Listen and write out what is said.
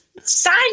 sign